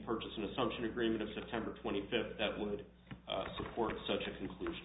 purchasing assumption agreement of september twenty fifth that would support such a conclusion